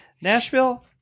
Nashville